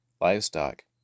livestock